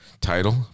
Title